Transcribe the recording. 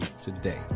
today